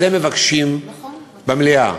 אז הם מבקשים מליאה.